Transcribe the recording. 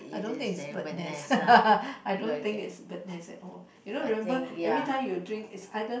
I don't think is bird nest I don't think is bird nest at all you don't remember everytime you drink is either